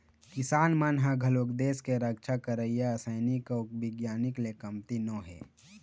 किसान मन ह घलोक देस के रक्छा करइया सइनिक अउ बिग्यानिक ले कमती नो हे